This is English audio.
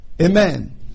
Amen